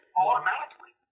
automatically